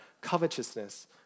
covetousness